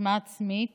אשמה עצמית